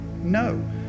no